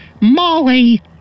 Molly